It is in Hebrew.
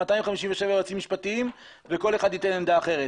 257 יועצים משפטיים וכל אחד ייתן עמדה אחרת.